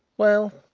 well,